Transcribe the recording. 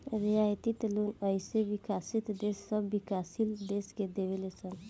रियायती लोन अइसे विकसित देश सब विकाशील देश के देवे ले सन